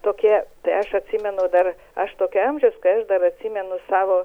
tokie tai aš atsimenu dar aš tokio amžiaus kai aš dar atsimenu savo